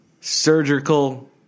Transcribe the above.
surgical